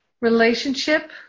relationship